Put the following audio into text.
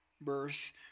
birth